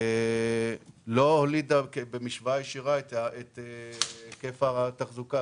לא הולידה במשוואה ישירה את היקף התחזוקה.